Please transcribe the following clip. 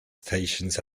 stations